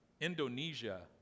Indonesia